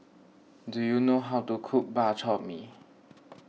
do you know how to cook Bak Chor Mee